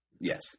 Yes